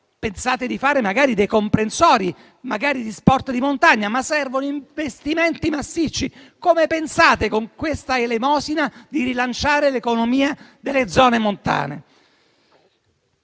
pensate di fare dei comprensori, magari di sport di montagna, ma servono investimenti massicci. Come pensate, con questa elemosina, di rilanciare l'economia delle zone montane?